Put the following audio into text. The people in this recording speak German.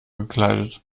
gekleidet